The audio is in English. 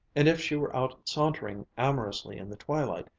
and if she were out sauntering amorously in the twilight,